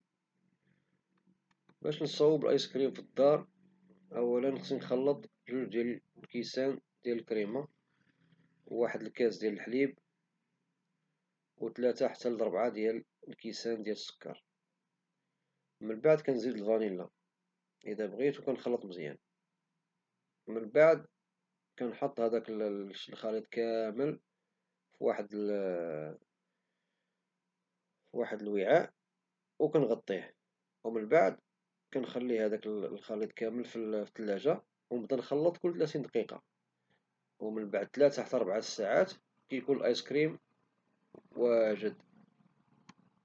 باش نصيب آيسكريم في الدار، أولا خصني نخلط جوج كيسان ديال الكريمة وواحد الكاس ديال الحليب وثلاثة حتى ربعة كيسان ديال السكر، ومن بعد كنزيد الفنيلا إذا بغيت وكنخلط مزيان، ومن بعد كنحط هد الخليط كامل في واحد الوعاء وكنغطيه ومن بعد كنخلي هداك الخليط في الثلاجة ونبدا نخلط كل ثلاثين دقيقة، ومن بعد ثلاثة حتى ربعة ساعات كيكون الآيسكريم واجد.